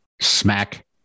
Smack